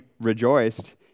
rejoiced